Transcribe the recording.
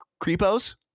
creepos